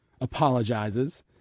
apologizes